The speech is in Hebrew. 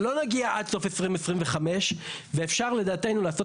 שלא נגיע לסוף 2025. לדעתנו אפשר לעשות